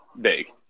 big